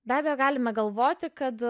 be abejo galime galvoti kad